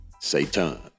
Satan